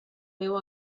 meu